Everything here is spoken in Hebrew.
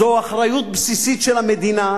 זאת אחריות בסיסית של המדינה,